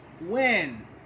win